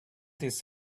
his